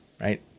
right